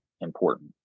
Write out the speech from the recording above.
important